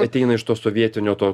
ateina iš to sovietinio to